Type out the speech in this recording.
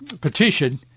petition